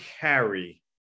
carry